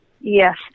Yes